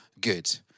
good